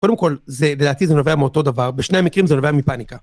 קודם כל, לדעתי זה נובע מאותו דבר, בשני המקרים זה נובע מפאניקה.